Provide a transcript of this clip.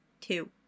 Two